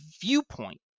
viewpoint